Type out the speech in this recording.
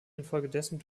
infolgedessen